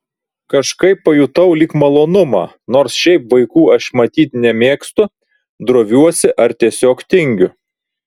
kažkaip pajutau lyg malonumą nors šiaip vaikų aš matyt nemėgstu droviuosi ar tiesiog tingiu